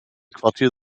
quartier